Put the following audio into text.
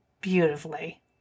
beautifully